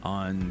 on